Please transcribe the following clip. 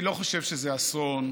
אני לא חושב שזה אסון.